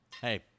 Hey